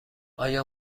آیا